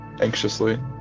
anxiously